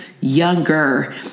younger